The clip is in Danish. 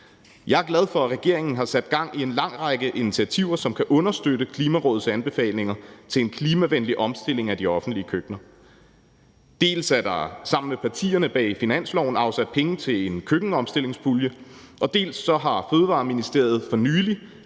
Jeg er glad for, at regeringen har sat gang i en lang række initiativer, som kan understøtte Klimarådets anbefalinger til en klimavenlig omstilling af de offentlige køkkener. Dels er der sammen med partierne bag finansloven afsat penge til en køkkenomstillingspulje, dels har Fødevareministeriet for nylig